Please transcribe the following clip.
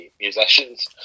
musicians